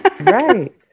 right